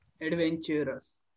Adventurous